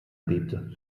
bebte